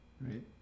Right